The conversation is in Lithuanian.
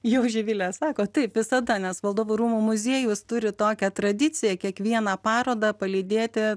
jau živilė sako taip visada nes valdovų rūmų muziejus turi tokią tradiciją kiekvieną parodą palydėti